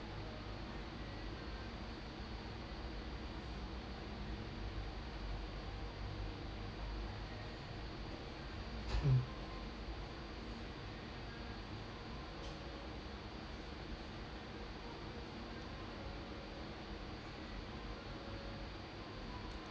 mm